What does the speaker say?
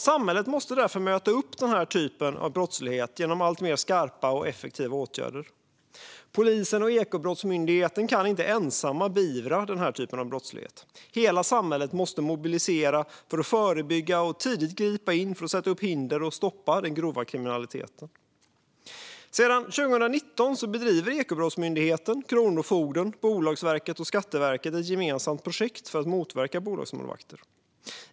Samhället måste därför möta den här typen av brottslighet genom alltmer skarpa och effektiva åtgärder. Polisen och Ekobrottsmyndigheten kan inte ensamma beivra den här typen av brottslighet. Hela samhället måste mobilisera för att förebygga och tidigt gripa in för att sätta upp hinder och stoppa den grova kriminaliteten. Sedan 2019 bedriver Ekobrottsmyndigheten, Kronofogden, Bolagsverket och Skatteverket ett gemensamt projekt för att motverka bolagsmålvakter.